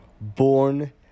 born